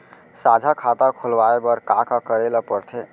साझा खाता खोलवाये बर का का करे ल पढ़थे?